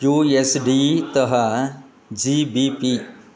you S D तः G B P